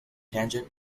tangent